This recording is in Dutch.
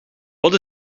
wat